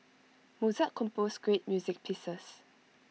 Mozart composed great music pieces